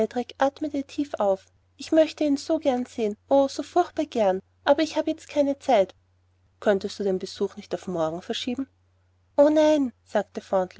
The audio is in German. atmete tief auf ich möchte ihn so gern sehen o so furchtbar gern aber ich habe jetzt keine zeit könntest du den besuch nicht auf morgen verschieben o nein sagte